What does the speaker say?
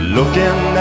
Looking